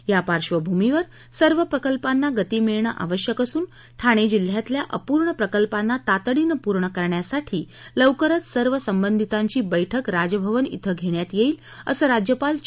या पार्श्वभूमीवर सर्वच प्रकल्पांना गती मिळणं आवश्यक असून ठाणे जिल्ह्यातल्या अपूर्ण प्रकल्पांना तातडीने पूर्ण करण्यासाठी लवकरच सर्व संबंधितांची बैठक राजभवन थिं घेण्यात येईल असं राज्यपाल चे